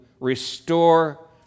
restore